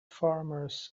farmers